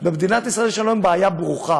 במדינת ישראל יש לנו היום בעיה ברוכה.